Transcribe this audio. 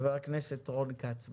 חבר הכנסת רון כץ,